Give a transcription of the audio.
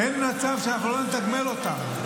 אין מצב שאנחנו לא נתגמל אותם.